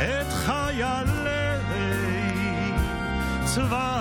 הקדוש ברוך הוא ישמור ויציל את חיילינו מכל צרה וצוקה,